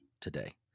today